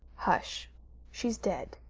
hush she's dead,